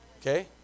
Okay